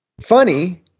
funny